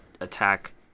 attack